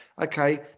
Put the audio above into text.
okay